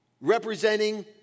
representing